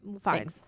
Fine